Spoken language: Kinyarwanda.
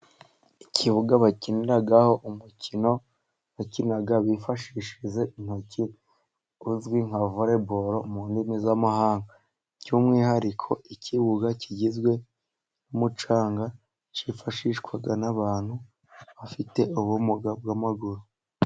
Ikibuga bakiniragaho umukino bakina bifashishije intoki, uzwi nka vole bale mu ndimi z'amahanga. By'umwihariko ikibuga kigizwe n'umucyanga cyifashishwa n'abantu bafite ubumuga bw'amaguru.